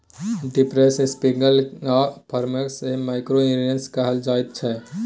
drippers, sprinkle आ foggers सँ micro irrigation कहल जाइत छै